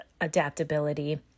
adaptability